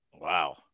Wow